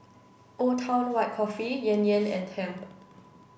Old Town White Coffee Yan Yan and Tempt